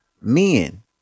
men